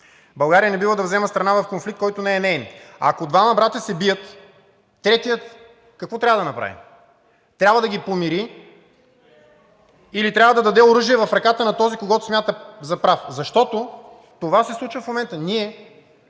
България не бива да взема страна в конфликт, който не е неин. Ако двама братя се бият, третият какво трябва да направи? Трябва да ги помири или трябва да даде оръжие в ръката на този, когото смята за прав? Защото това се случва в момента. Ние